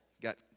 got